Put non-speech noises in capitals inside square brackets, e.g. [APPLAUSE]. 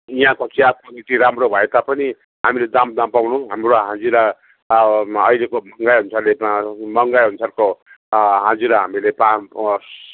यहाँको चिया क्वालिटी राम्रो भए तापनि हामीले दाम नपाउनु हाम्रो हाजिरा अहिलेको महँगाई अनुसारले त महँगाई अनुसारको हाजिरा हामीले पा [UNINTELLIGIBLE]